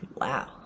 Wow